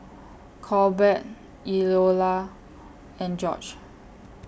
Corbett Eola and George